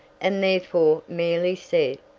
and therefore merely said,